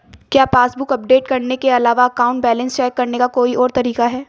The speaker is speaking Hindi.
क्या पासबुक अपडेट करने के अलावा अकाउंट बैलेंस चेक करने का कोई और तरीका है?